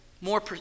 more